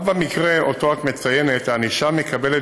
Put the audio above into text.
אף במקרה שאותו את מציינת הענישה מקבלת